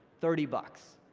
thirty bucks.